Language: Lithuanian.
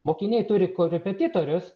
mokiniai turi korepetitorius